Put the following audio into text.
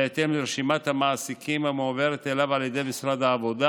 בהתאם לרשימת המעסיקים המועברת אליו על ידי משרד העבודה